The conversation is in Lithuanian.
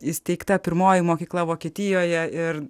įsteigta pirmoji mokykla vokietijoje ir